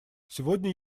сегодня